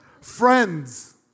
Friends